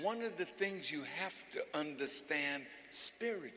one of the things you have to understand